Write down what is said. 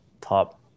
top